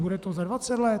Bude to za dvacet let?